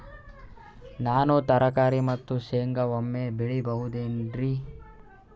ನಾನು ತರಕಾರಿ ಮತ್ತು ಶೇಂಗಾ ಒಮ್ಮೆ ಬೆಳಿ ಬಹುದೆನರಿ?